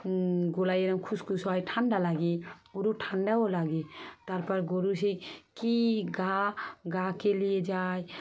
গোলায় এরকম খুসখুস হয় ঠান্ডা লাগে গরু ঠান্ডাও লাগে তারপর গরু সেই কী গা গা কেলিয়ে যায়